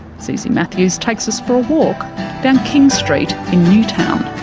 suzie matthews takes us for a walk down king street in newtown.